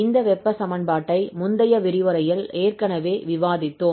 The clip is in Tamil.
இந்த வெப்ப சமன்பாட்டை முந்தைய விரிவுரையில் ஏற்கனவே விவாதித்தோம்